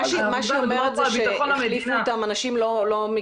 מה שהיא אומרת זה שהחליפו אותם אנשים לא מקצועיים.